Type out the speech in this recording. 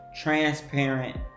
transparent